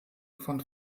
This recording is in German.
von